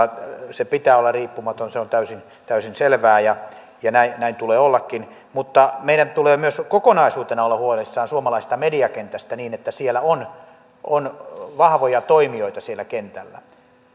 sen pitää olla riippumaton se on täysin täysin selvää ja ja näin näin tulee ollakin mutta meidän tulee myös kokonaisuutena olla huolissamme suomalaisesta mediakentästä niin että on on vahvoja toimijoita siellä kentällä